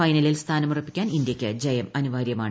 ഫൈനലിൽ സ്ഥാനമുറപ്പിക്കാൻ ഇന്ത്യയ്ക്ക് വിജയം അനിവാര്യമാണ്